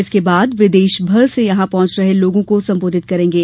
इसके बाद वे देशभर से यहां पहॅंच रहे लोगों को संबोधित करेंगे